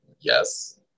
yes